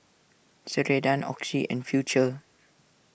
Ceradan Oxy and Futuro